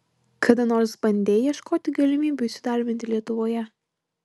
kada nors bandei ieškoti galimybių įsidarbinti lietuvoje